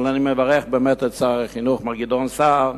אבל אני מברך, באמת, את שר החינוך, מר גדעון סער,